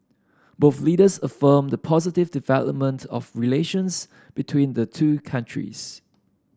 both leaders affirmed the positive development of relations between the two countries